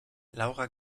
laura